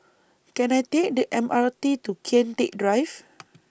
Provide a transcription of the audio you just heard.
Can I Take The M R T to Kian Teck Drive